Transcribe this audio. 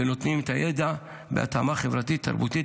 ונותנים את הידע בהתאמה חברתית-תרבותית,